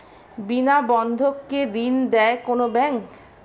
বিনা বন্ধক কে ঋণ দেয় কোন ব্যাংক?